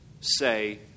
say